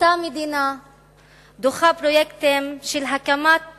אותה מדינה דוחה פרויקטים של הקמת